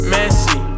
Messy